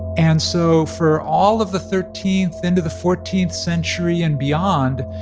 and so for all of the thirteenth into the fourteenth century and beyond,